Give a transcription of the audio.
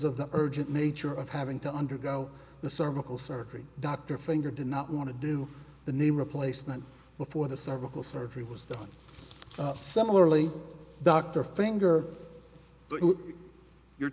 of the urgent nature of having to undergo the cervical surgery dr finger did not want to do the name replacement before the cervical surgery was done similarly dr finger you